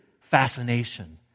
fascination